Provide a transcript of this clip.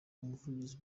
umuvugizi